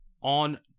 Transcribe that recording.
on